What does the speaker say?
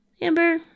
amber